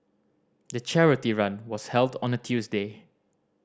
the charity run was held on a Tuesday